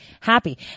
happy